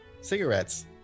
cigarettes